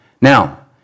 Now